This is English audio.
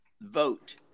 vote